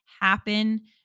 happen